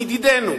מידידינו,